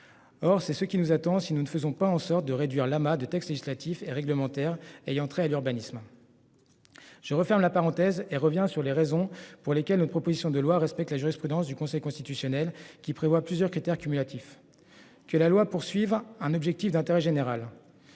Or c'est ce qui nous attend si nous ne faisons pas en sorte de réduire l'amas des textes législatifs et réglementaires ayant trait à l'urbanisme. Je referme la parenthèse et revient sur les raisons pour lesquelles une proposition de loi respecte la jurisprudence du Conseil constitutionnel qui prévoit plusieurs critères cumulatifs. Que la loi poursuivent un objectif d'intérêt général.